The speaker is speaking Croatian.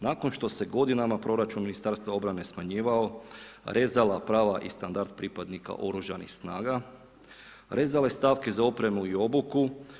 Nakon što se godinama proračun Ministarstva obrane smanjivao, rezala prava i standard pripadnika Oružanih snaga, rezale stavke za opremu i obuku.